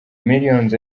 millions